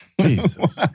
Jesus